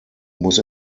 muss